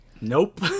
Nope